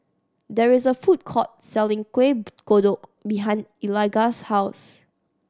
there is a food court selling Kueh Kodok behind Eligah's house